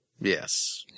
Yes